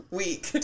week